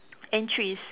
entries